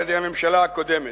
על-ידי הממשלה הקודמת.